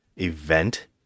event